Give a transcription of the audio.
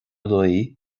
luí